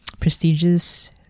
prestigious